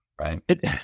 right